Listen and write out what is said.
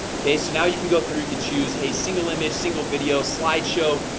okay, so now you can go through you can choose hey single image single video slideshow,